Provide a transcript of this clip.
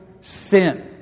sin